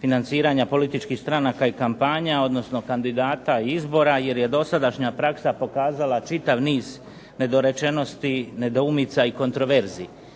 financiranja političkih stranaka i kampanja, odnosno kandidata i izbora jer je dosadašnja praksa pokazala čitav niz nedorečenosti, nedoumica i kontraverzi.